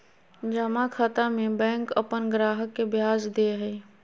जमा खाता में बैंक अपन ग्राहक के ब्याज दे हइ